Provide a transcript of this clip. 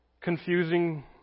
confusing